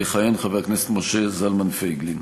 יכהן חבר הכנסת משה זלמן פייגלין.